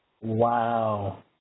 Wow